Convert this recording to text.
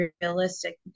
realistic